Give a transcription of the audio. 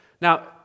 Now